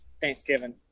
Thanksgiving